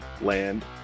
land